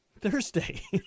Thursday